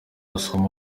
usome